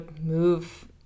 move